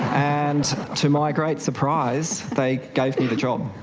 and to my great surprise they gave me the job.